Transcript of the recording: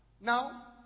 Now